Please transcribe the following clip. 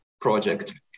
project